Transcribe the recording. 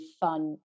fun